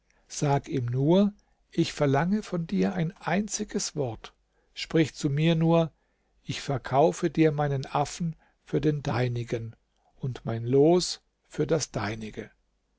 sag ihm nur ich verlange von dir ein einziges wort sprich zu mir nur ich verkaufe dir meinen affen für den deinigen und mein los für das deinige